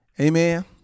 Amen